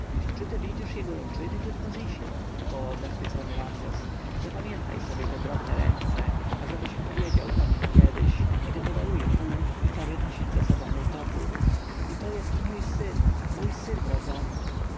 czy ty widzisz jego rączyny tutmozisie wołał zachwycony ramzes zapamiętaj sobie te drobne ręce ażebyś opowiedział o nich kiedyś gdy mu daruję pułk i każę nosić za sobą mój topór i to jest mój syn mój syn rodzony